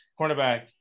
cornerback